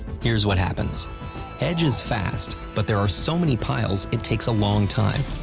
here's what happens hedge is fast, but there are so many piles it takes a long time.